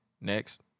Next